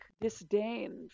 disdain